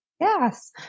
yes